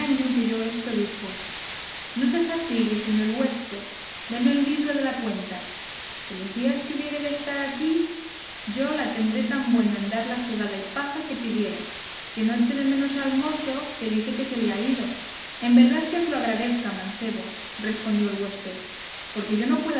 que oyó esto dijo no se fatigue señor huésped déme el libro de la cuenta que los días que hubiere de estar aquí yo la tendré tan buena en dar la cebada y paja que pidieren que no eche menos al mozo que dice que se le ha ido en verdad que os lo agradezca mancebo respondió el huésped porque yo no